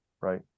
right